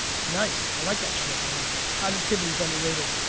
it's nice, i like that shit, man. positivity's underrated,